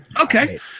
Okay